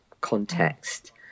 context